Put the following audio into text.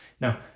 Now